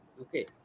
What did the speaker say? Okay